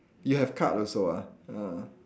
you have card also ah ah